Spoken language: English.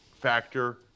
factor